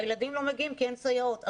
הילדים לא מגיעים כי אין סייעות,